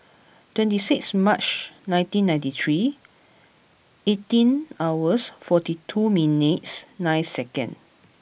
twenty six March nineteen ninety three eighteen hours forty two minutes nine seconds